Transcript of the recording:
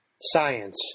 Science